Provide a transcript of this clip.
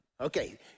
Okay